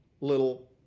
little